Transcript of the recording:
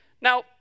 Now